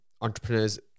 entrepreneurs